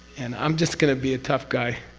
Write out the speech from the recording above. and i'm just going to be a tough guy.